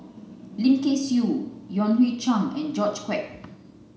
Lim Kay Siu Yan Hui Chang and George Quek